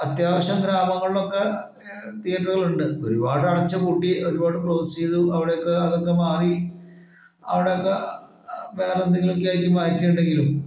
അത്യാവശ്യം ഗ്രാമങ്ങളിലൊക്കെ തിയറ്ററുകളുണ്ട് ഒരുപാട് അടച്ചു പൂട്ടി ഒരുപാട് ക്ലോസ് ചെയ്തു അവിടൊക്കെ അതൊക്കെ മാറി അവിടൊക്കെ വേറെ എന്തങ്കിലൊക്കെ ആക്കി മാറ്റി ഉണ്ടെങ്കിലും